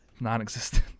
non-existent